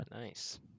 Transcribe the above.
nice